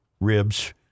ribs